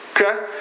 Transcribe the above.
Okay